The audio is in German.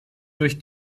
durch